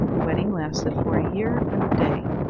the wedding lasted for a year and a day.